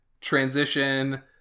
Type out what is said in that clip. transition